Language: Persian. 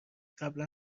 قبلا